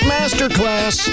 Masterclass